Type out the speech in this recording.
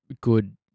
good